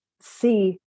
see